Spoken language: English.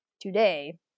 today